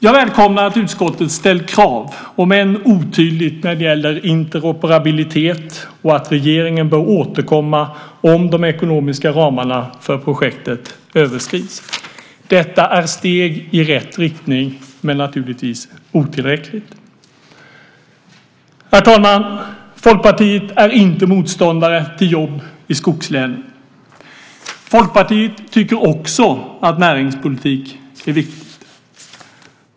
Jag välkomnar att utskottet har ställt krav, om än otydligt, när det gäller interoperabilitet och att regeringen bör återkomma om de ekonomiska ramarna för projektet överskrids. Detta är steg i rätt riktning men naturligtvis otillräckligt. Herr talman! Folkpartiet är inte motståndare till jobb i skogslänen. Folkpartiet tycker också att näringspolitik är viktigt.